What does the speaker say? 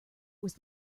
was